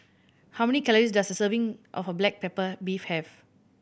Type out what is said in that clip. how many calories does a serving of black pepper beef have